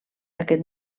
aquest